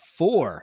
four